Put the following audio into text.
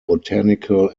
botanical